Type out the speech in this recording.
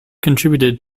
contributed